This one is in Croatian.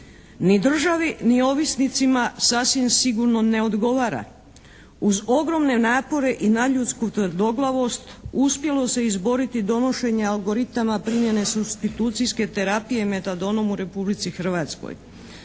Ni državi ni ovisnicima sasvim sigurno ne odgovara. Uz ogromne napore i nadljudsku tvrdoglavost uspjelo se izboriti donošenje algoritama primjene supstitucijske terapije Metadonom u Republici Hrvatskoj.